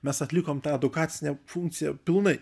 mes atlikom tą edukacinę funkciją pilnai